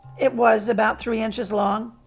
it was about three inches long.